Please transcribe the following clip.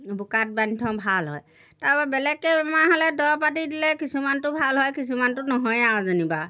বোকাত বান্ধি থওঁ ভাল হয় তাৰপৰা বেলেগকৈ বেমাৰ হ'লে দৰৱ পাতি দিলে কিছুমানটো ভাল হয় কিছুমানটো নহয়েই আৰু যেনিবা